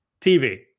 TV